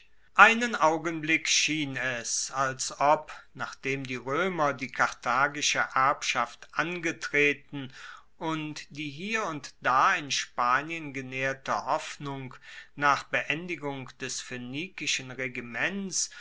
einen augenblick schien es als ob nachdem die roemer die karthagische erbschaft angetreten und die hier und da in spanien genaehrte hoffnung nach beendigung des phoenikischen regiments